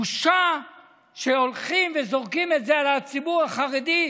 בושה שהולכים וזורקים את זה על הציבור החרדי,